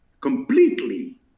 completely